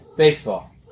Baseball